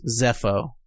Zepho